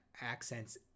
accents